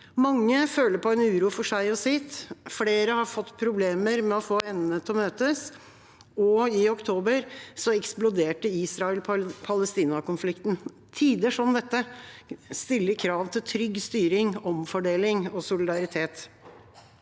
Mange føler på en uro for seg og sitt. Flere har fått problemer med å få endene til å møtes. I oktober eksploderte Israel–Palestina-konflikten. Tider som dette stiller krav til trygg styring, omfordeling og solidaritet.